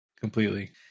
completely